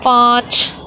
پانچ